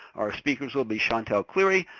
our speakers will be chantelle cleary,